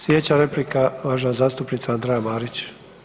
Slijedeća replika uvažena zastupnica Andreja Marić.